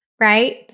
Right